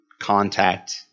contact